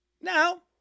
Now